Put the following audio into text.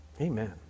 Amen